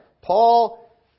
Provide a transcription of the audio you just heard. Paul